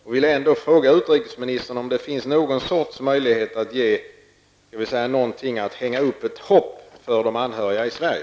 Jag vill ändå fråga utrikesministern om det finns någon möjlighet att hänga upp ett hopp på för de anhöriga i Sverige.